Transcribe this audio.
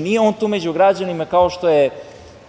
nije on tu među građanima, kao što je